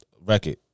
record